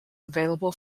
available